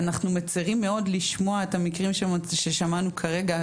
אנחנו מצרים מאוד לשמוע את המקרים ששמענו כרגע.